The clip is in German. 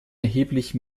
erheblich